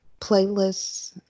Playlists